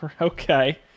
okay